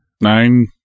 Nine